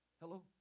Hello